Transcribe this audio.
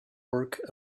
work